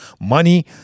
money